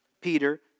Peter